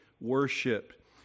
worship